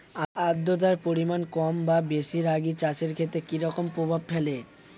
আদ্রতার পরিমাণ কম বা বেশি রাগী চাষের ক্ষেত্রে কি রকম প্রভাব ফেলে?